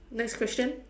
next question